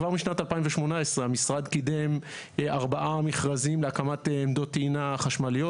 כבר משנת 2018 המשרד קידם ארבעה מכרזים להקמת עמדות טעינה חשמליות.